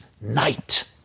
night